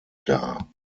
dar